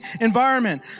environment